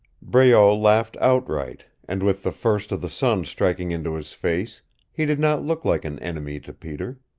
breault laughed outright, and with the first of the sun striking into his face he did not look like an enemy to peter.